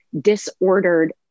disordered